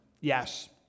yes